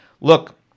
look